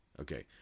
Okay